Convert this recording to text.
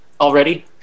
already